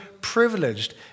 privileged